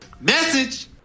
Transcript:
Message